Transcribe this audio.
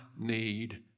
need